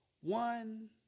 One